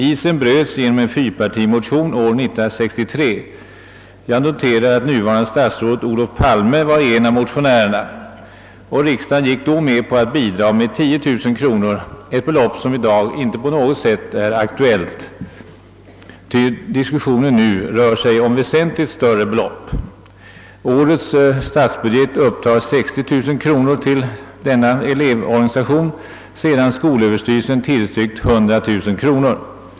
Isen bröts genom en fyrpartimotion år 1963. Jag noterar att det nuvarande statsrådet Olof Palme var en av motionärerna. Riksdagen gick då med på att bidra med 10 000 kronor — ett belopp som inte på något sätt är aktuellt i dag, ty diskussionen rör sig om väsentligt större belopp. Årets statsbudget upptar 60 000 kronor till denna elevorganisation, medan skolöverstyrelsen tillstyrkt 100 000 kronor.